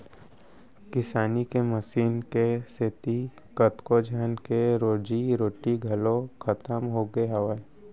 किसानी के मसीन के सेती कतको झन के रोजी रोटी घलौ खतम होगे हावय